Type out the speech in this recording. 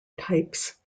types